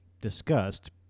discussed